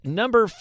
number